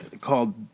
called